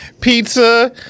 pizza